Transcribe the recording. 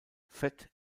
fett